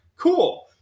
cool